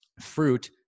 fruit